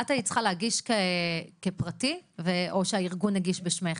את היית צריכה להגיש כפרטי או שהארגון הגיש בשמך?